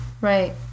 Right